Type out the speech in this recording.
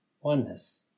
Oneness